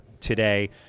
today